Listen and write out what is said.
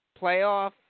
playoff